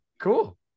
cool